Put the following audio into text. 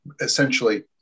essentially